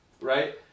Right